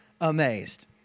amazed